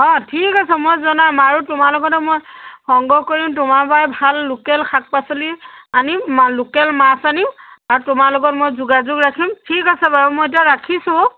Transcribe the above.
অঁ ঠিক আছে মই জনাম আৰু তোমাৰ লগতে মই সংগ্ৰহ কৰিম তোমাৰ পৰাই ভাল লোকেল শাক পাচলি আনিম লোকেল মাছ আনিম আৰু তোমাৰ লগত মই যোগাযোগ ৰাখিম ঠিক আছে বাৰু মই এতিয়া ৰাখিছোঁ